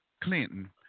Clinton